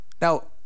Now